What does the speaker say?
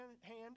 hand